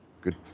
good